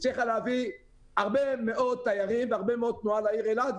להביא הרבה מאוד תיירים והרבה מאוד תנועה לעיר אילת.